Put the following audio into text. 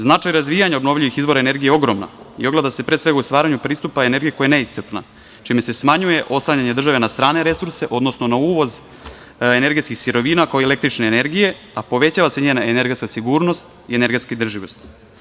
Značaj razvijanja obnovljivih izvora energije je ogroman i ogleda se pre svega u stvaranju pristupa energiji koja je neiscrpna, čime se smanjuje oslanjanje države na strane resurse, odnosno na uvoz energetskih sirovina, kao i električne energije a povećava se njena energetska sigurnost i energetska održivost.